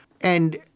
And-